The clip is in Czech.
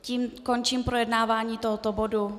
Tím končím projednávání tohoto bodu.